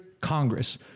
Congress